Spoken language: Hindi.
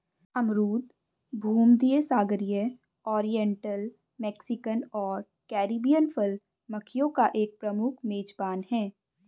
अमरूद भूमध्यसागरीय, ओरिएंटल, मैक्सिकन और कैरिबियन फल मक्खियों का एक प्रमुख मेजबान है